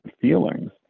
feelings